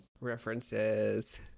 references